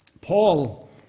Paul